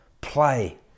play